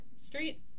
Street